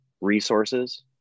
resources